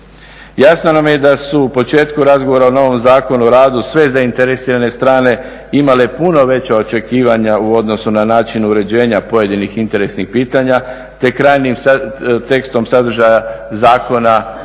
Jasno nam je da su u početku razgovara o novom Zakonu o radu sve zainteresirane strane imale puno veća očekivanja u odnosu na način uređenja pojedinih interesnih pitanja, te krajnjim tekstom sadržaja zakona nisu